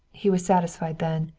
he was satisfied then.